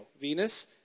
Venus